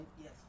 Yes